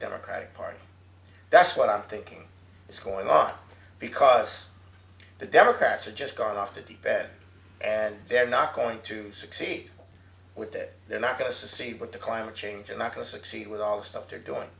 democratic party that's what i'm thinking is going on because the democrats are just gone off the deep bench and they're not going to succeed with that they're not going to succeed with the climate change are not going to succeed with all the stuff they're doing